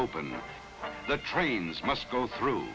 open the trains must go through